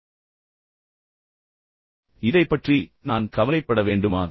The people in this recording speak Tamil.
எனவே இதைப் பற்றி நான் கவலைப்பட வேண்டுமா